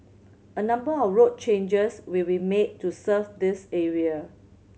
a number of road changes will be made to serve this area